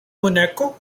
monaco